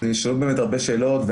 נשאלו באמת הרבה שאלות.